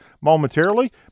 momentarily